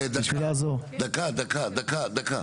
דקה, דקה, דקה.